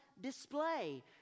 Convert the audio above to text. display